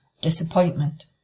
disappointment